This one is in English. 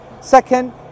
Second